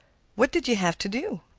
what did you have to do?